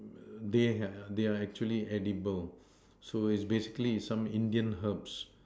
they have they are actually edible so is basically some Indian herbs